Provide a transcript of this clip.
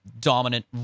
dominant